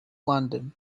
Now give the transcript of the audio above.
london